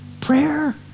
Prayer